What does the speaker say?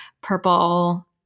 purple